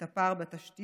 את הפער בתשתיות